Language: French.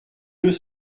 deux